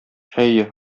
әйе